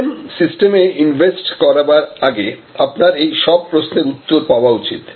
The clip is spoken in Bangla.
CRM সিস্টেমে ইনভেস্ট করবার আগে আপনার এই সব প্রশ্নের উত্তর পাওয়া উচিত